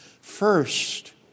First